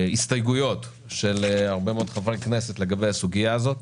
הסתייגויות של הרבה מאוד חברי כנסת לגבי הסוגיה הזאת.